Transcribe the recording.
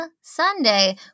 Sunday